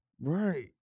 Right